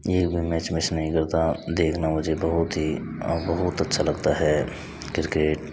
एक भी match miss नहीं करता देखना मुझे बहुत ही बहुत अच्छा लगता है किरकेट